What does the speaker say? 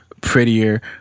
prettier